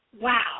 Wow